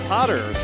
Potter